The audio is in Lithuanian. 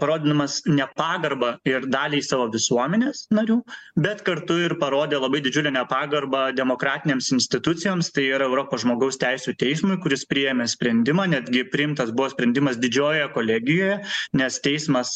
parodydamas nepagarbą ir daliai savo visuomenės narių bet kartu ir parodė labai didžiulę nepagarbą demokratinėms institucijoms tai yra europos žmogaus teisių teismui kuris priėmė sprendimą netgi priimtas buvo sprendimas didžiojoje kolegijoje nes teismas